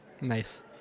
Nice